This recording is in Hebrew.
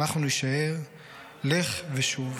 אנחנו נישאר / לך / ושוב".